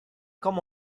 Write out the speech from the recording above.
come